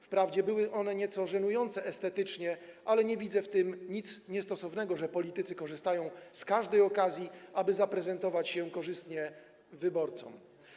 Wprawdzie były one nieco żenujące estetycznie, ale nie widzę w tym nic niestosownego, że politycy korzystają z każdej okazji, aby zaprezentować się korzystnie wyborcom.